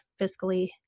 fiscally